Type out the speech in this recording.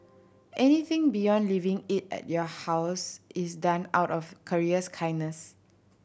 anything beyond leaving it at your house is done out of courier's kindness